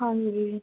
ਹਾਂਜੀ